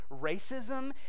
Racism